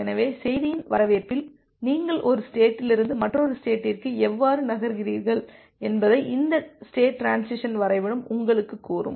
எனவே செய்தியின் வரவேற்பில் நீங்கள் ஒரு ஸ்டேட்லிருந்து மற்றொரு ஸ்டேட்டிற்கு எவ்வாறு நகர்கிறீர்கள் என்பதை இந்த ஸ்டேட் டிரான்சிசன் வரைபடம் உங்களுக்குக் கூறும்